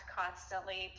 constantly